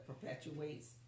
perpetuates